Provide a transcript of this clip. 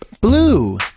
Blue